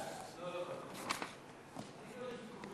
ההצעה להעביר